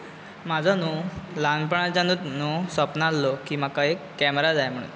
म्हाजो न्हू ल्हानपणाच्यानूच न्हू सपन आसलो की म्हाका एक केमेरा जाय म्हणून